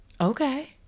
Okay